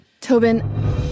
Tobin